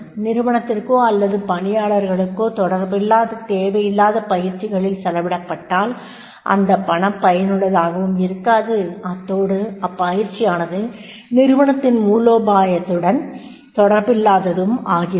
நிறுவனத்திற்கோ அல்லது பணியாளர்களுக்கோ தொடர்பில்லாத தேவையில்லாத பயிற்சிகளில் செலவிடப்பட்டால் அந்த பணம் பயனுள்ளதாகவும் இருக்காது அத்தோடு அப்ப்யிற்சியானது அந்நிறுவனத்தின் மூலோபாயத்துடன் company's business strategy தொடர்பில்லாததும் ஆகிவிடும்